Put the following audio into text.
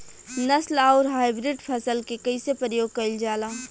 नस्ल आउर हाइब्रिड फसल के कइसे प्रयोग कइल जाला?